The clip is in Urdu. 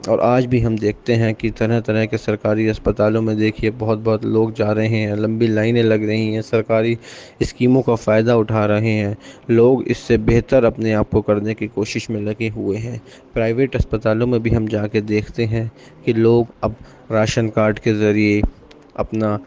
اور آج بھی ہم دیکھتے ہیں کہ طرح طرح کے سرکاری اسپتالوں میں دیکھیے بہت بہت لوگ جا رہے ہیں لمبی لائنیں لگ رہی ہیں سرکاری اسکیموں کا فائدہ اٹھا رہے ہیں لوگ اس سے بہتر اپنے آپ کو کرنے کی کوشش میں لگے ہوئے ہیں پرائیویٹ اسپتالوں میں بھی ہم جا کے دیکھتے ہیں کہ لوگ اب راشن کارڈ کے ذریعے اپنا